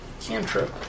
cantrip